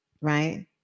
right